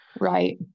Right